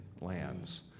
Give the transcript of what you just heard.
lands